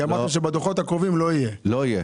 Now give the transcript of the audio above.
כי אמרת שבדוחות הקרובים לא יהיה.